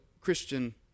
Christian